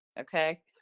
okay